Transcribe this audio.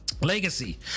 Legacy